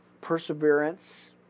perseverance